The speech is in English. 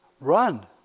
run